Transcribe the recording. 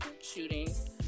shootings